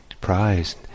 prize